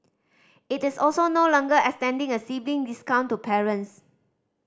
it is also no longer extending a sibling discount to parents